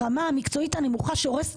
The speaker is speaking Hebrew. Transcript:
והרמה המקצועית הכול כך נמוכה שהורסת